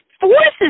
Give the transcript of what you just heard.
forces